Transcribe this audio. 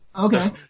Okay